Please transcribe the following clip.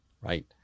right